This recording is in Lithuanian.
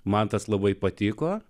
man tas labai patiko